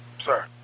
sir